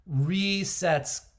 resets